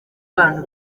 abantu